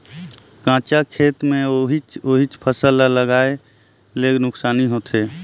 कंचा खेत मे ओहिच ओहिच फसल ल लगाये ले नुकसानी होथे